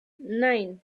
nine